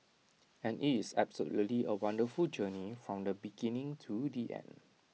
and IT is absolutely A wonderful journey from the beginning to the end